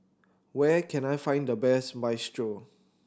where can I find the best Minestrone